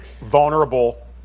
vulnerable